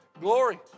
Glory